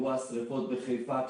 באירוע השריפות בחיפה,